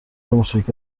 مشارکت